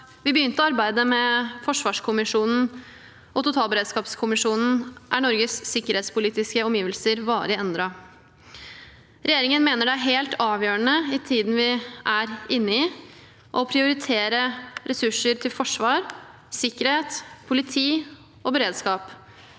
vi begynte arbeidet med forsvarskommisjonen og totalberedskapskommisjonen, er Norges sikkerhetspolitiske omgivelser varig endret. Regjeringen mener det er helt avgjørende i tiden vi er inne i, å prioritere ressurser til forsvar, sikkerhet, politi og beredskap,